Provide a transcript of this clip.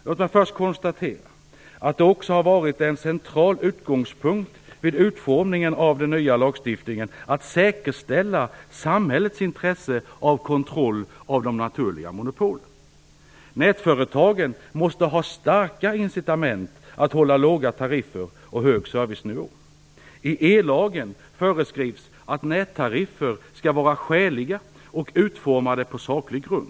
Låt mig först konstatera att det också har varit en central utgångspunkt vid utformningen av den nya lagstiftningen att säkerställa samhällets intresse av kontroll av de naturliga monopolen. Nätföretagen måste ha starka incitament att hålla låga tariffer och hög servicenivå. I ellagen föreskrivs att nättariffer skall vara skäliga och utformade på saklig grund.